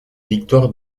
victoires